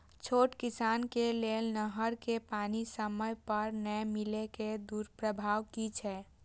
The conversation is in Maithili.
छोट किसान के लेल नहर के पानी समय पर नै मिले के दुष्प्रभाव कि छै?